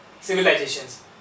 civilizations